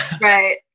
Right